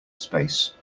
space